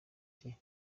cye